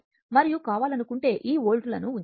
మరియు కావాలనుకుంటే ఈ వోల్ట్లను ఉంచవచ్చు